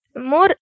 more